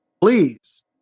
please